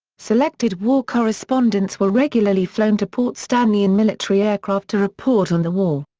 selected war correspondents were regularly flown to port stanley in military aircraft to report on the war.